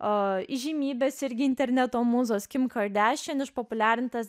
o įžymybės irgi interneto mūzos kimšo į dešinį išpopuliarintas